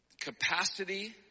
capacity